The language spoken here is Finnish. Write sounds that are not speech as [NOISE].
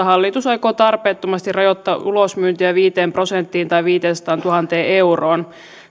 [UNINTELLIGIBLE] hallitus aikoo tarpeettomasti rajoittaa ulosmyyntiä viiteen prosenttiin tai viiteensataantuhanteen euroon